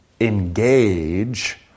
engage